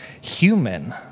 human